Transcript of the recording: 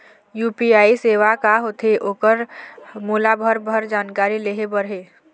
UPI सेवा का होथे ओकर मोला भरभर जानकारी लेहे बर हे?